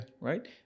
Right